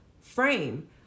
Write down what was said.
frame